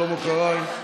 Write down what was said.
שלמה קרעי,